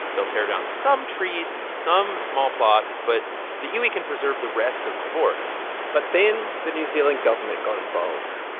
they'll tear down some trees in some small plots, but the iwi can preserve the rest of the forest but then the new zealand government got involved.